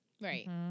Right